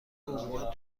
حبوبات